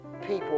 people